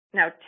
Now